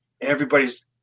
everybody's